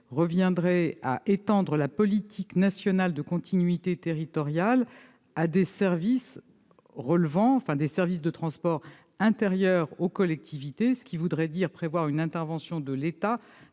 rédigé, vise à étendre la politique nationale de continuité territoriale à des services de transport intérieur aux collectivités. Son adoption reviendrait à prévoir une intervention de l'État